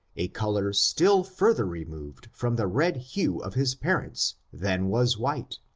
a color still further removed from the red hue of his parents than was white,